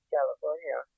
California